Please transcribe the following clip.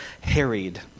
harried